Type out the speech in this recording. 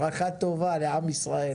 ברכה טובה לעם ישראל.